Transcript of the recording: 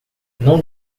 não